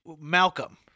Malcolm